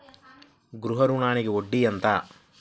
గృహ ఋణంకి వడ్డీ ఎంత?